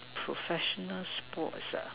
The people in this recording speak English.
professional sports